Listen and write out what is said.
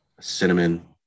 cinnamon